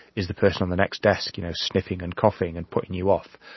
is the person on the next desk you know sniffing and coughing and putting you off?